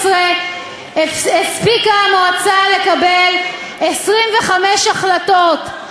בשנת 2013 הספיקה המועצה לקבל 25 החלטות,